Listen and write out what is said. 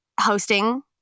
hosting